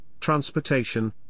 transportation